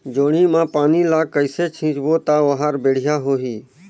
जोणी मा पानी ला कइसे सिंचबो ता ओहार बेडिया होही?